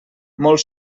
molt